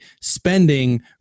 spending